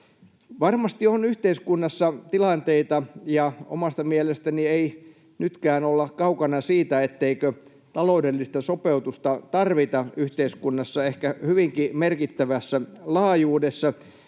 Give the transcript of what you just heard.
Varmasti on yhteiskunnassa tilanteita, ja omasta mielestäni ei nytkään olla kaukana siitä, etteikö taloudellista sopeutusta tarvita yhteiskunnassa, ehkä hyvinkin merkittävässä laajuudessa.